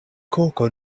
koko